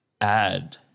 add